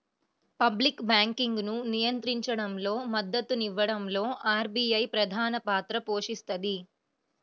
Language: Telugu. పబ్లిక్ బ్యాంకింగ్ను నియంత్రించడంలో, మద్దతునివ్వడంలో ఆర్బీఐ ప్రధానపాత్ర పోషిస్తది